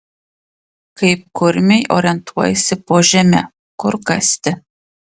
kaip kurmiai orientuojasi po žeme kur kasti